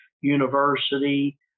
University